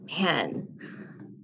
Man